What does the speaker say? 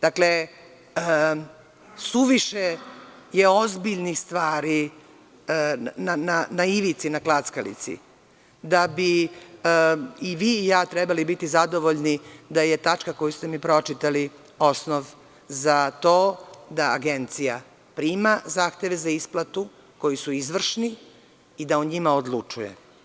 Dakle, suviše je ozbiljnih stvari na ivici, na klackalici, da bi i vi i ja trebali biti zadovoljni da je tačka koju ste mi pročitali osnov za to da Agencija prima zahteve za isplatu koji su izvršni i da o njima odlučuje.